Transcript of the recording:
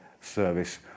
service